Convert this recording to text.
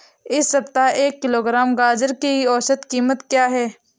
इस सप्ताह एक किलोग्राम गाजर की औसत कीमत क्या है?